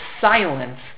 silence